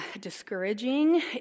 discouraging